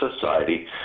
society